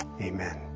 Amen